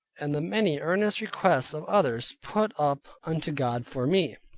and the many earnest requests of others put up unto god for me.